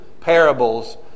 parables